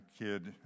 kid